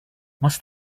must